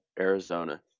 Arizona